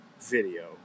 video